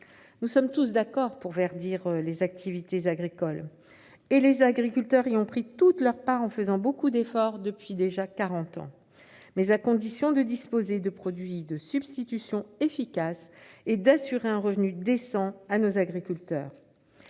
Nous sommes tous d'accord pour verdir les activités agricoles, et les agriculteurs y ont pris toute leur part en faisant beaucoup d'efforts depuis déjà quarante ans. Mais il faut pouvoir disposer de produits de substitution efficaces et assurer un revenu décent à nos agriculteurs.